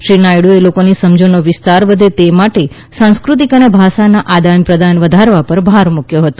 શ્રી નાયડુએ લોકોની સમજણનો વિસ્તાર વધે તે માટે સાંસ્કૃતિક અને ભાષાના આદાન પ્રદાન વધારવા પર ભાર મૂક્યો હતો